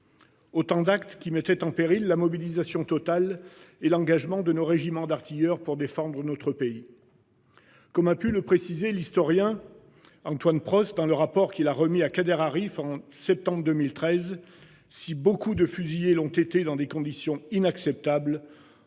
Autant d'actes qui mettait en péril la mobilisation totale et l'engagement de nos régiment d'artilleurs pour défendre notre pays. Comme a pu le préciser. L'historien Antoine Prost dans le rapport qu'il a remis à Kader Arif en septembre 2013. Si beaucoup de fusiller l'ont été dans des conditions inacceptables.